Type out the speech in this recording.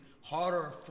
harder